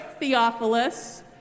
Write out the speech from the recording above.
Theophilus